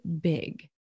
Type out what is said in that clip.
big